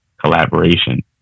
collaboration